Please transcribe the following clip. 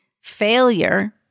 Failure